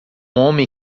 homem